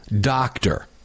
doctor